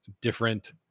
different